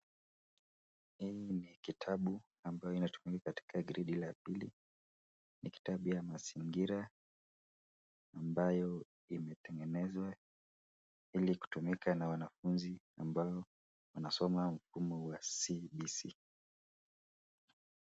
Hii ni kitabu ambayo inatumika katika gredi la pili. Ni kitabu ya mazingira ambayo imetengenezwa ili kutumika na wanafunzi ambao wanasoma mfumo wa CBC.